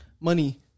money